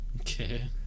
Okay